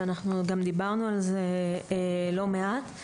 ואנחנו גם דיברנו על זה לא מעט.